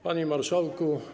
Panie Marszałku!